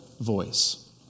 voice